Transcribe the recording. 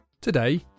Today